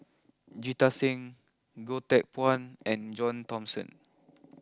Jita Singh Goh Teck Phuan and John Thomson